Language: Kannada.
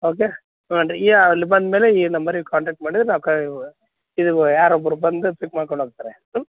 ಓಕೆ ಹ್ಞೂ ರೀ ಈ ಯ ಅಲ್ಲಿ ಬಂದಮೇಲೆ ಈ ನಂಬರಿಗೆ ಕಾಂಟ್ಯಾಕ್ಟ್ ಮಾಡಿದ್ರೆ ನಾ ಇದು ಗೋ ಯಾರೋ ಒಬ್ಬರು ಬಂದು ಪಿಕ್ ಮಾಡ್ಕೊಂಡು ಹೋಗ್ತಾರೆ ಹ್ಞೂ